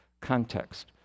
context